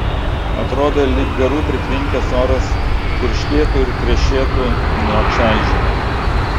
atrodė lyg garų pritvinkęs oras tirštėtų ir krešėtų nuo čaižymo